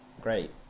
Great